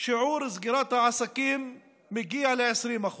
שיעור סגירת העסקים מגיע ל-20%